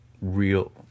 real